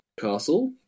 castle